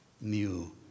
new